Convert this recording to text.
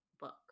book